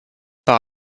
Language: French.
par